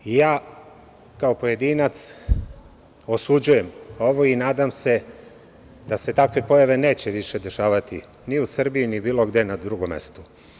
Ja, kao pojedinac, osuđujem ovo i nadam se da se takve pojave neće više dešavati ni u Srbiji ni bilo gde na drugom mestu.